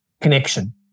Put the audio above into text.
connection